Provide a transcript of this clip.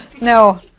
No